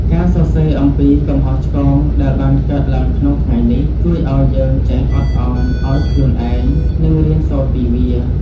ការសរសេរអំពីកំហុសឆ្គងដែលបានកើតឡើងក្នុងថ្ងៃនេះ ជួយឱ្យយើងចេះអត់ឱនឱ្យខ្លួនឯង និងរៀនសូត្រពីវា។